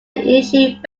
issued